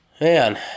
Man